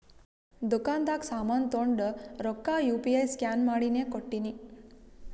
ದುಕಾಂದಾಗ್ ಸಾಮಾನ್ ತೊಂಡು ರೊಕ್ಕಾ ಯು ಪಿ ಐ ಸ್ಕ್ಯಾನ್ ಮಾಡಿನೇ ಕೊಟ್ಟಿನಿ